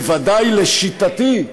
בוודאי לשיטתי,